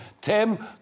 Tim